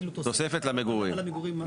תוספת למגורים,